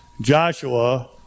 Joshua